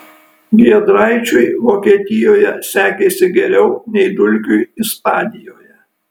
giedraičiui vokietijoje sekėsi geriau nei dulkiui ispanijoje